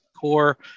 core